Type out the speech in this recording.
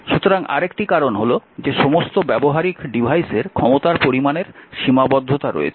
সুতরাং আরেকটি কারণ হল যে সমস্ত ব্যবহারিক ডিভাইসের ক্ষমতার পরিমাণের সীমাবদ্ধতা রয়েছে